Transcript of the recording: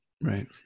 Right